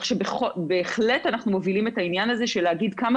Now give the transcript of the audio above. כך שבהחלט אנחנו מובילים את העניין של להגיד כמה